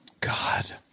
God